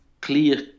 clear